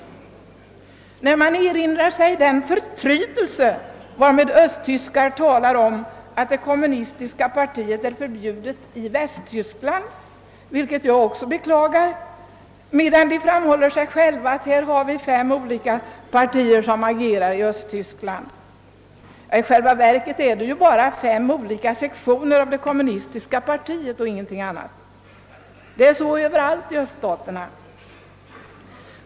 Man erinrar sig i detta sammanhang den förtrytelse varmed östtyskar talar om att det kommunistiska partiet är förbjudet i Västtyskland — vilket också jag beklagar — medan de själva framhåller att fem olika partier agerar i Östtyskland. I själva verket är det bara fråga om fem olika sektioner av det kommunistiska partiet och ingenting annat. Det är på samma sätt överallt i öststaterna.